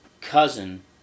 cousin